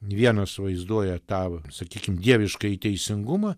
vienas vaizduoja tą va sakykim dieviškąjį teisingumą